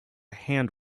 hand